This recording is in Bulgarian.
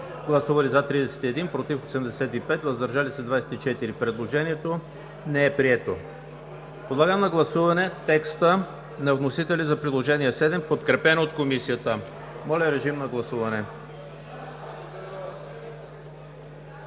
представители: за 31, против 85, въздържали се 24. Предложението не е прието. Подлагам на гласуване текста на вносителя за Приложение № 7, подкрепен от Комисията. Моля, режим на гласуване.